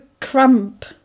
cramp